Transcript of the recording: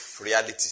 reality